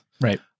right